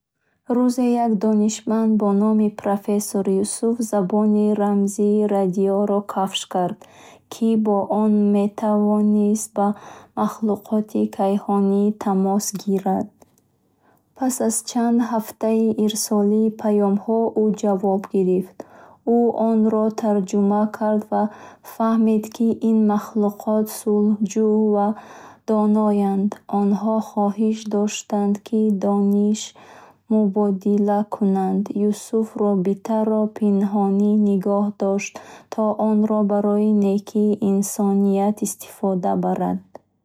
Рӯзе як донишманд бо номи профессор Юсуф забони рамзии радиоиро кашф кард, ки бо он метавонист бо махлуқоти кайҳонӣ тамос гирад. Пас аз чанд ҳафтаи ирсоли паёмҳо, ӯ ҷавоб гирифт, Ӯ онро тарҷума кард ва фаҳмид, ки ин махлуқот сулҳҷӯ ва доноянд. Онҳо хоҳиш доштанд, ки дониш мубодила кунанд. Юсуф робитаро пинҳонӣ нигоҳ дошт, то онро барои некии инсоният истифода барад.